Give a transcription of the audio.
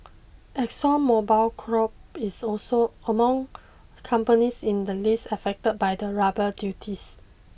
Exxon Mobil Corp is also among companies in the list affected by the rubber duties